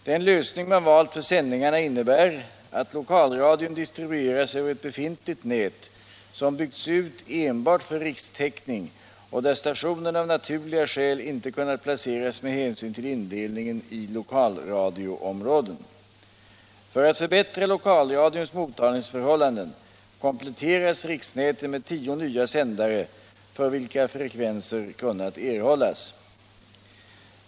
Den lösning man valt för sändningarna innebär att lokalradion distribueras över ett befintligt nät som byggts ut enbart för rikstäckning och där stationerna av naturliga skäl inte kunnat placeras med hänsyn till indelningen i 1okalradioområden. För att förbättra lokalradions mottagningsförhållanden kompletteras riksnätet med tio nya sändare för vilka frekvenser kunnat erhållas.